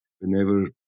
whenever